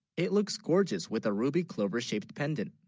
it looks gorgeous with a ruby clover shaped pendant